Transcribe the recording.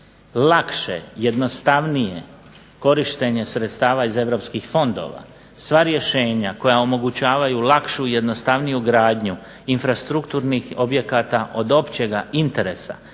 lakše, jednostavnije korištenje sredstava iz europskih fondova, sva rješenja koja omogućavaju lakšu i jednostavniju gradnju infrastrukturnih objekata od općega interesa,